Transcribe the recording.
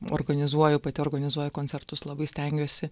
organizuoju pati organizuoju koncertus labai stengiuosi